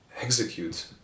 execute